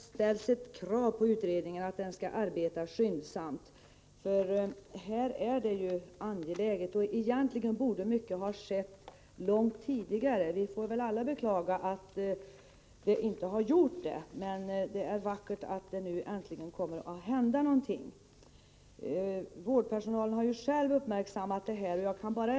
Herr talman! Det är bra att det ställs krav på att utredningen skall arbeta skyndsamt. Frågorna är ju mycket angelägna, och egentligen borde mycket ha skett långt tidigare. Vi får väl alla beklaga att så litet har blivit fallet, men det är vackert att det äntligen kommer att hända någonting. Vårdpersonalen har ju själv uppmärksammat de brister som föreligger i utbildningen.